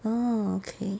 orh okay